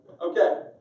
Okay